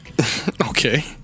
Okay